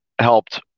helped